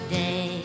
day